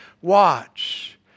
Watch